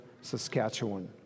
Saskatchewan